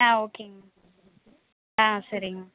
ஆ ஓகேங்க ஆ சரிங்ம்மா